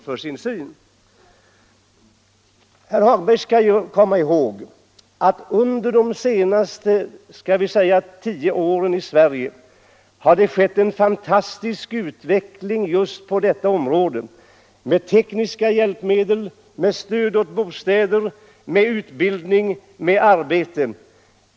Herr Hagberg skall tänka på att det under de senaste, låt oss säga tio åren har skett en fantastisk utveckling på detta område här i Sverige med tekniska hjälpmedel, bostadsstöd, utbildning och arbete.